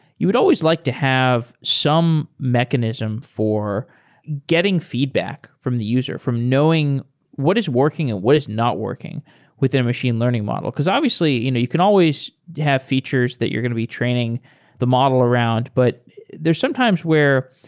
you would always like to have some mechanism for getting feedback from the user, from knowing what is working and what is not working within a machine learning model. because obviously you know you can always have features that you're going to be training the model around, but there's sometimes where